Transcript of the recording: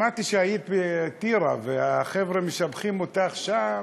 שמעתי שהיית בטירה, החבר'ה משבחים אותך שם.